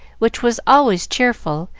which was always cheerful,